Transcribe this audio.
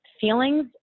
feelings